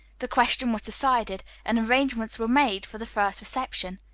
the question was decided, and arrangements were made for the first reception.